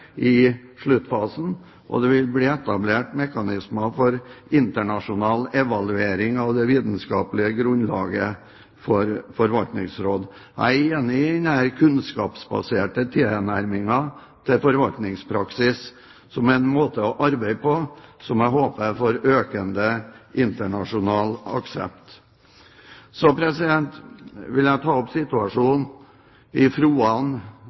i sluttfasen, og det vil bli etablert mekanismer for internasjonal evaluering av det vitenskaplige grunnlaget for forvaltningsråd. Jeg er enig i denne kunnskapsbaserte tilnærmingen til forvaltningspraksis, som er en måte å arbeide på som jeg håper får økende internasjonal aksept. Så vil jeg ta opp situasjonen i Froan